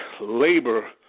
labor